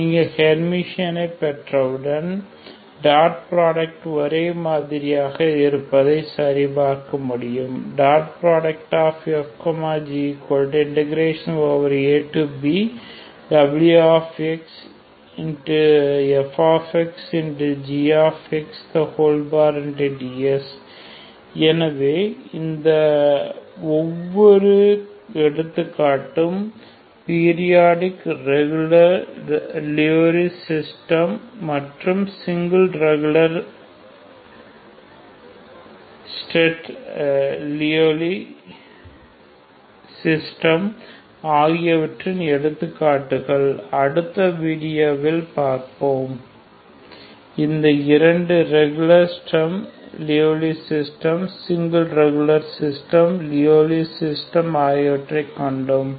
நீங்கள் ஹேர்மிஷன் பெற்றவுடன் dot product ஒரே மாதிரியாக இருப்பதை பார்க்க முடியும் அதாவது fgabwxfxgxdx எனவே இந்த ஒவ்வொரு எடுத்துக்காட்டும் periodic regular Sturm Liouville system மற்றும் single regular Sturm Liouville system ஆகியவற்றின் எடுத்துக்காட்டுகளை அடுத்த வீடியோவில் பார்ப்போம் இந்த இரண்டு regular Sturm Liouville system single regular Sturm Liouville system ஆகியவற்றை கண்டோம்